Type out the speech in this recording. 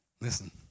Listen